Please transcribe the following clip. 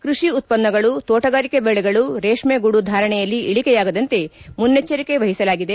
ಕೃಷಿ ಉತ್ಪನ್ನಗಳು ತೋಟಗಾರಿಕೆ ಬೆಳೆಗಳು ರೇಷ್ಮೆ ಗೂಡು ಧಾರಣೆಯಲ್ಲಿ ಇಳಿಕೆಯಾಗದಂತೆ ಮುನ್ನೆಜ್ವರಿಕೆ ವಹಿಸಲಾಗಿದೆ